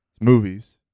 movies